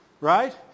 Right